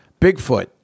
Bigfoot